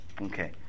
Okay